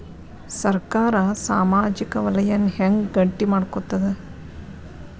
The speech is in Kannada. ಸರ್ಕಾರಾ ಸಾಮಾಜಿಕ ವಲಯನ್ನ ಹೆಂಗ್ ಗಟ್ಟಿ ಮಾಡ್ಕೋತದ?